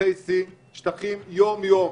בשטחי C שטחים יום-יום.